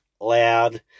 loud